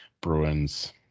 Bruins